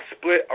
split